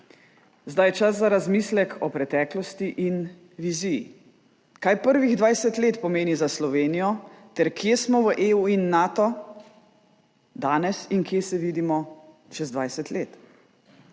Zdaj je čas za razmislek o preteklosti in viziji, kaj prvih 20 let pomeni za Slovenijo ter kje smo v EU in Natu danes in kje se vidimo čez 20 let.